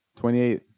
28